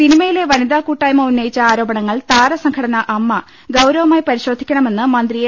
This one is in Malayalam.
സിനിമയിലെ വനിതാകൂട്ടായ്മ ഉന്നയിച്ചു ആരോപണ ങ്ങൾ താരസംഘടന അമ്മ ഗൌരവമായി പരിശോധിക്ക ണമെന്ന് മന്ത്രി എ